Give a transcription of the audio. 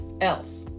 else